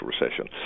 recession